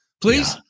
please